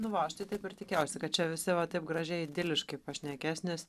nu va aš tai taip ir tikėjausi kad čia visi taip gražiai idiliškai pašnekės nes